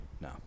No